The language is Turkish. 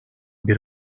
bir